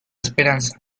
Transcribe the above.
esperanza